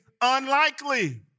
unlikely